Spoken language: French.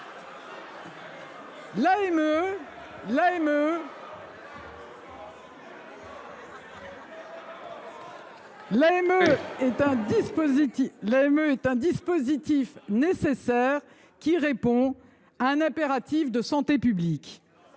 L’AME est un dispositif nécessaire, qui répond à un impératif de santé publique.